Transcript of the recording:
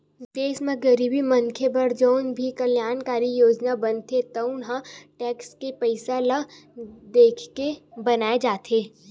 देस म गरीब मनखे बर जउन भी कल्यानकारी योजना बनथे तउन ह टेक्स के पइसा ल देखके बनाए जाथे